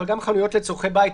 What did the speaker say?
אבל גם חנויות לצורכי בית,